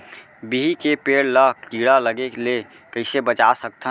बिही के पेड़ ला कीड़ा लगे ले कइसे बचा सकथन?